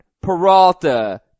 Peralta